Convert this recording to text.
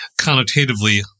connotatively